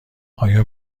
آیا